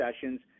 sessions